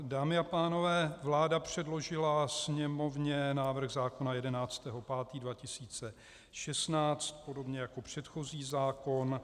Dámy a pánové, vláda předložila Sněmovně návrh zákona 11. 5. 2016 podobně jako předchozí zákon.